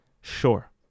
sure